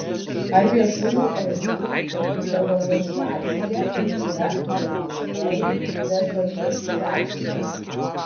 ar viešųjų erdvių debalvonizacija ir yra lietuviškoji desovietizacija